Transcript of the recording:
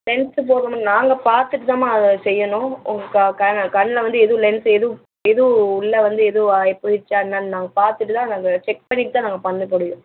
lens போடணும் நாங்கள் பார்த்துட்டுதாம்மா அதை செய்யணும் உங்கள் க கண்ணில் வந்து எதுவும் லென்ஸ் எதுவும் எதுவும் உள்ள வந்து இதுவாகி போயிருச்சா என்னான்னு நாங்கள் பாத்துட்டு தான் நாங்கள் செக் பண்ணிவிட்டுதான் நாங்கள் பண்ண முடியும்